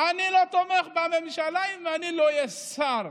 אני לא תומך בממשלה אם לא אהיה שר.